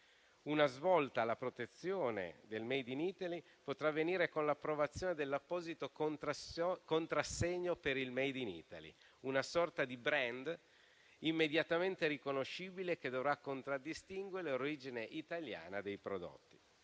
Una svolta nella protezione del *made in Italy* potrà avvenire con l'approvazione dell'apposito contrassegno, una sorta di *brand* immediatamente riconoscibile, che dovrà contraddistinguere l'origine italiana dei prodotti.